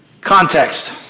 Context